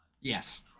Yes